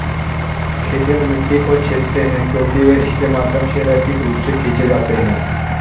खेतिहर मिट्टी को छेदते हैं क्योंकि वे इसके माध्यम से रैखिक रूप से खींचे जाते हैं